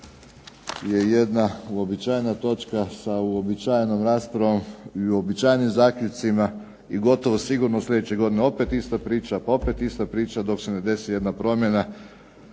je jedna uobičajena točka sa uobičajenom raspravom i uobičajenim zaključcima i gotovo sigurno sljedeće godine opet ista priča, pa opet ista priča dok se ne desi jedna promjena,